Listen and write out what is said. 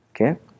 Okay